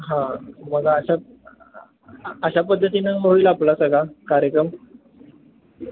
हां मग अशा अशा पद्धतीनं होईल आपला सगळा कार्यक्रम